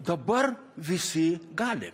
dabar visi gali